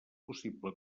possible